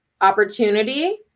opportunity